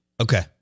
Okay